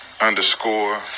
underscore